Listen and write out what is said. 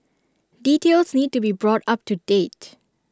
details need to be brought up to date